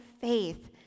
faith